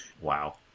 Wow